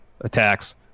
Attacks